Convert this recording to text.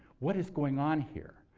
what is going on here?